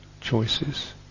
choices